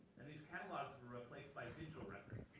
and these catalogs were replaced by digital records.